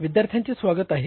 विद्यार्थ्यांचे स्वागत आहे